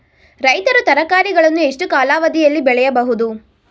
ರೈತರು ತರಕಾರಿಗಳನ್ನು ಎಷ್ಟು ಕಾಲಾವಧಿಯಲ್ಲಿ ಬೆಳೆಯಬಹುದು?